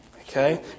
Okay